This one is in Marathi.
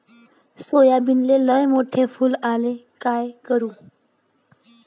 सोयाबीनले लयमोठे फुल यायले काय करू?